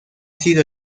sido